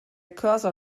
cursor